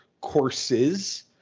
courses